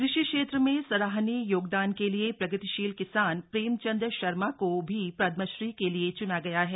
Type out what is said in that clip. कृषि क्षेत्र में सराहनीय योगदान के लिए प्रगतिशील किसान प्रेमचंद शर्मा को भी पदमश्री के लिए चूना गया है